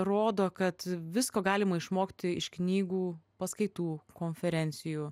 rodo kad visko galima išmokti iš knygų paskaitų konferencijų